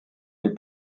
les